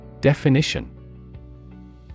Definition